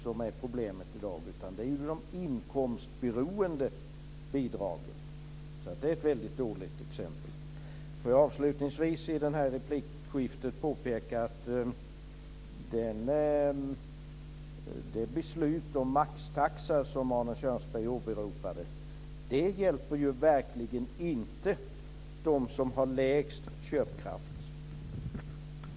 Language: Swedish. Det är de inkomstberoende bidragen som gör det. Det är ett väldigt dåligt exempel. Låt mig avslutningsvis i det här replikskiftet påpeka att det beslut om maxtaxa som Arne Kjörnsberg åberopade verkligen inte hjälper dem som har lägst köpkraft.